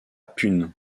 pune